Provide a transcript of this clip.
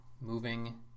moving